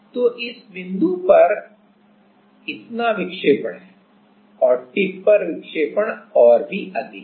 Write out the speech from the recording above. तो इस बिंदु पर इतना विक्षेपण है और टिप पर विक्षेपण और भी अधिक है